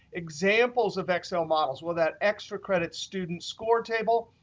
examples of excel models well, that extra credit students score table,